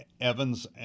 Evans